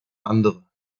andere